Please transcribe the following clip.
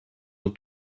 dans